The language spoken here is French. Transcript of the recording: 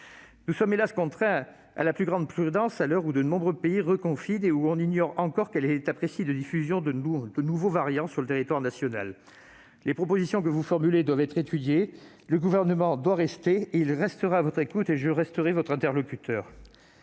Nous sommes, hélas, contraints à la plus grande prudence, à l'heure où de nombreux pays reconfinent et où l'on ignore encore l'état précis de diffusion de nouveaux variants sur le territoire national. Les propositions que vous formulez doivent être étudiées. Le Gouvernement doit rester à votre écoute. Il le fera, et je continuerai d'être votre interlocuteur.